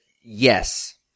yes